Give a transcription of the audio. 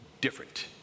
different